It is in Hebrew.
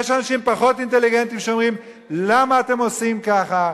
יש אנשים פחות אינטליגנטים שאומרים: למה אתם עושים ככה?